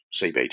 CBT